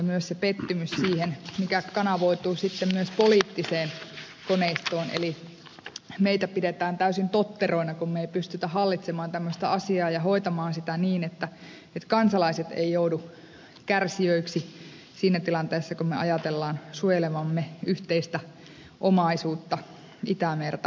myös pettymys siihen kanavoituu sitten myös poliittiseen koneistoon eli meitä pidetään täysin totteroina kun emme pysty hallitsemaan tämmöistä asiaa ja hoitamaan sitä niin että kansalaiset eivät joudu kärsijöiksi siinä tilanteessa kun ajattelemme suojelevamme yhteistä omaisuutta itämerta ja sisävesiä